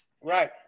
right